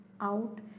out